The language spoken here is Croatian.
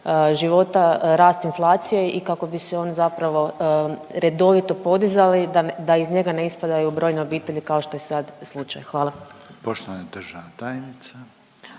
života, rast inflacije i kako bi se oni zapravo redovito podizali da iz njega ne ispadaju brojne obitelji kao što je sad slučaj? Hvala.